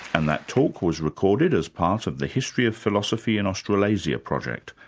and that talk was recorded as part of the history of philosophy in australasia project,